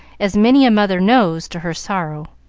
as many a mother knows to her sorrow.